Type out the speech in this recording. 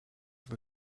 have